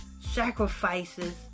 sacrifices